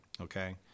okay